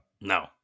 No